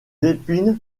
épines